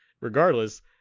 regardless